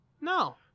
No